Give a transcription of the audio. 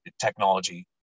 technology